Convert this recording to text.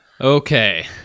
Okay